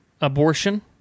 abortion